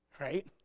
Right